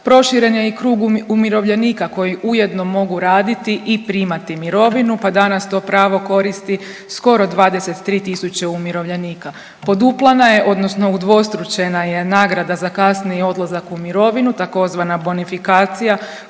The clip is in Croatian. Proširen je i krug umirovljenika koji ujedno mogu raditi i primati mirovinu pa danas to pravo koristi skoro 23 tisuće umirovljenika. Poduplana je, odnosno udvostručena je nagrada za kasniji odlazak u mirovinu, tzv. bonifikacija